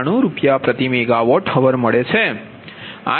92RsMWhr મેળવીએ છીએ